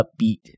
upbeat